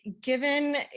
given